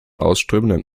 ausströmenden